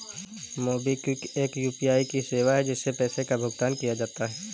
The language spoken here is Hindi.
मोबिक्विक एक यू.पी.आई की सेवा है, जिससे पैसे का भुगतान किया जाता है